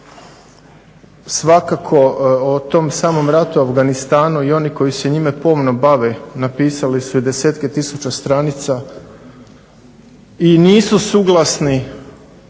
svakako o tom samom ratu u Afganistanu i oni koji se njime pomno bave napisali su i desetke tisuća stranica i nisu suglasni